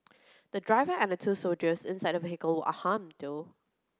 the driver and the two soldiers inside the vehicle were unharmed though